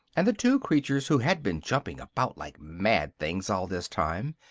and the two creatures, who had been jumping about like mad things all this time,